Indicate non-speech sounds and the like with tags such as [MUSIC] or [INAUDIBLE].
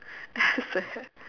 that's so sad [LAUGHS]